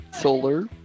Solar